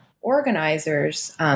organizers